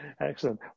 Excellent